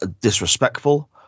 disrespectful